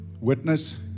witness